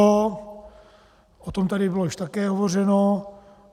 O tom tady bylo již také hovořeno.